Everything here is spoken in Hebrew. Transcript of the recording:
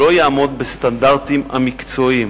שלא יעמוד בסטנדרטים המקצועיים.